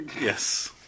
Yes